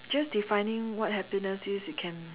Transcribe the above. just defining what happiness is it can